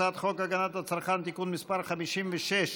הצעת חוק הגנת הצרכן (תיקון מס' 56),